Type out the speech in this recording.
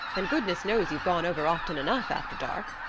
and goodness knows you've gone over often enough after dark.